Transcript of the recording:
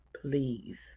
please